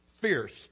fierce